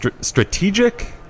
strategic